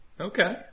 Okay